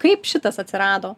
kaip šitas atsirado